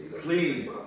please